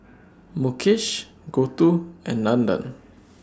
Mukesh Gouthu and Nandan